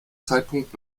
zeitpunkt